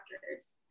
factors